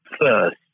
first